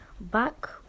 Back